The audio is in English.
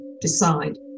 decide